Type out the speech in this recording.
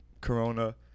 corona